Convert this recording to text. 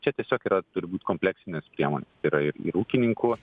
čia tiesiog yra turbūt kompleksinės priemonės yra ir ūkininkų